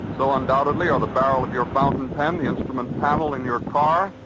so undoubtedly are the barrel of your fountain pen, um the instrument panel in your car.